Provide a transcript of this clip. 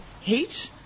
heat